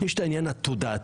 יש את העניין התודעתי.